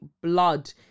blood